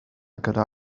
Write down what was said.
gyda